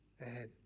ahead